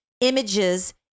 images